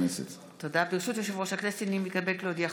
קולותיהם של חברי הכנסת מלכיאלי,